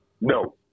No